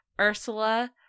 Ursula